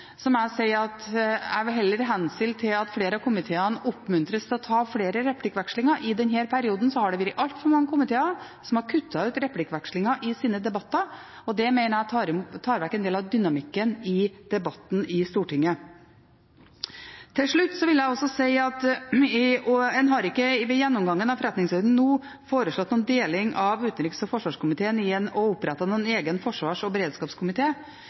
må jeg si at jeg vil heller henstille til at flere av komiteene oppmuntres til å ta flere replikkvekslinger. I denne perioden har det vært altfor mange komiteer som har kuttet ut replikkvekslinger i sine debatter, og det mener jeg tar vekk en del av dynamikken i debatten i Stortinget. Til slutt vil jeg også si at ved gjennomgangen av forretningsordenen har en ikke foreslått noen deling av utenriks- og forsvarskomiteen for å opprette en egen forsvars- og